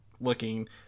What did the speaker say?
looking